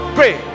Pray